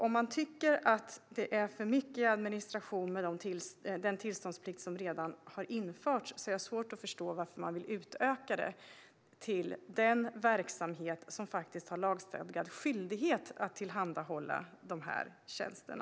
Om man tycker att det är för mycket administration med den tillståndsplikt som redan har införts har jag svårt att förstå varför man vill utöka tillståndsplikten för den verksamhet som har lagstadgad skyldighet att tillhandahålla dessa tjänster.